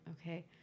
okay